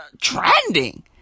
trending